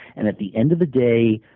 and at the end of the day,